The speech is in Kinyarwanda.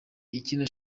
ikina